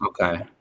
okay